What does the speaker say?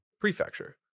Prefecture